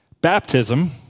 Baptism